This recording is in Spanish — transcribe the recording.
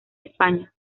españa